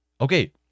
Okay